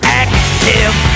active